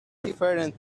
referring